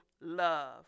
love